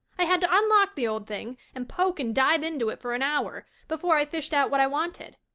i had to unlock the old thing and poke and dive into it for an hour before i fished out what i wanted.